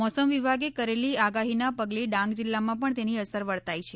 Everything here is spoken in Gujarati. મોસમ વિભાગે કરેલી આગાહીના પગલે ડાંગ જિલ્લામાં પણ તેની અસર વર્તાય છે